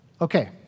Okay